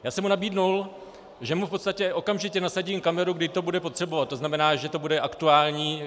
Já jsem mu nabídl, že mu v podstatě okamžitě nasadím kameru, kdy to bude potřebovat, to znamená, že to bude aktuální.